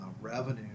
revenue